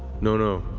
no, no,